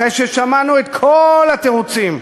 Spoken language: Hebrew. אחרי ששמענו את כל התירוצים,